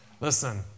listen